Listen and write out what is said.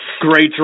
Great